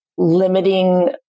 Limiting